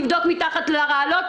לבדוק מתחת לרעלות?